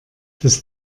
das